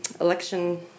election